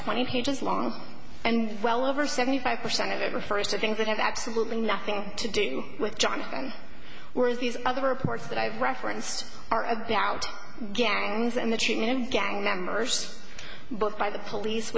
twenty pages long and well over seventy five percent of it refers to things that have absolutely nothing to do with john and whereas these other reports that i've referenced are about gangs and the chain and gang members but by the police